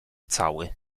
cały